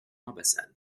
ambassade